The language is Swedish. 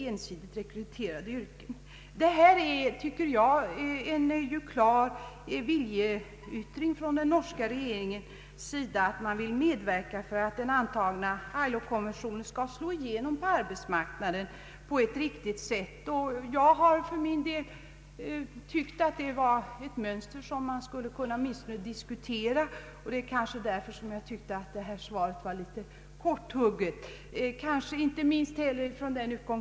Rådets inrättande innebär en klar viljeyttring från den norska regeringen om att den vill medverka till att den antagna ILO-konventionen skall slå igenom på arbetsmarknaden på ett riktigt sätt. Jag tycker att detta mönster åtminstone borde kunna diskuteras, och det är kanske därför jag tycker att svaret var litet korthugget.